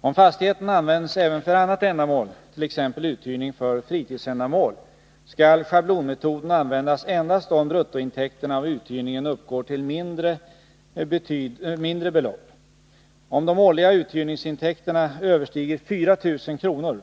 Om fastigheten används även för annat ändamål, t.ex. uthyrning för fritidsändamål, skall schablonmetoden användas endast om bruttointäkterna av uthyrningen uppgår till mindre belopp. Om de årliga uthyrningsintäkterna överstiger 4000 kr.